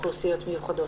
אוכלוסיות מיוחדות.